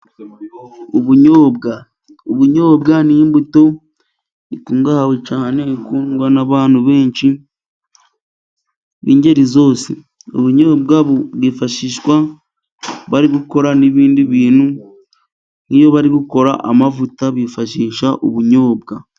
Ubunyobwa : Ubunyobwa ni imbuto ikungahaye cyane, ikundwa n'abantu benshi b'ingeri zose. Ubunyobwa bwifashishwa bari gukora n'ibindi bintu, nk'iyo bari gukora amavuta bifashisha ubunyobwa.